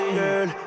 girl